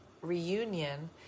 reunion